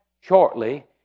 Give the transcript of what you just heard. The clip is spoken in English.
shortly